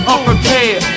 Unprepared